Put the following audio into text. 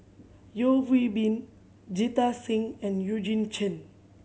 Yeo Hwee Bin Jita Singh and Eugene Chen